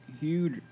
huge